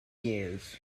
years